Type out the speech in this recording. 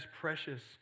precious